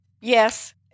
yes